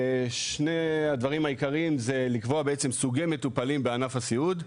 שני הדברים העיקרים זה לקבוע בעצם סוגי מטופלים בענף הסיעוד.